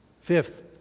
Fifth